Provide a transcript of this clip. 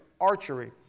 archery